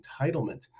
entitlement